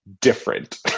different